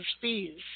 fees